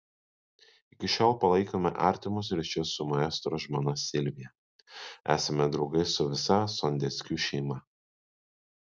iki šiol palaikome artimus ryšius su maestro žmona silvija esame draugai su visa sondeckių šeima